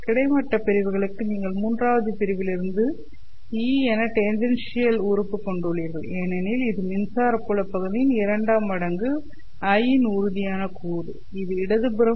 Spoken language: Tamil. கிடைமட்ட பிரிவுகளுக்கு நீங்கள் மூன்றாவது பிரிவில் இருந்து Et2 என டேன்ஜெண்ஷியல் உறுப்பு கொண்டுள்ளீர்கள் ஏனெனில் இது மின்சார புலப் பகுதியின் 2 மடங்கு l இன் உறுதியான கூறு இது இடது புறம்